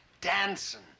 dancing